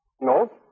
No